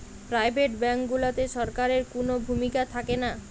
private bank গুলাতে সরকারের কুনো ভূমিকা থাকেনা